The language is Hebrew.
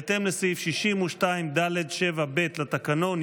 בהתאם לסעיף 62(ד)(7)(ב) לתקנון,